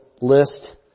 list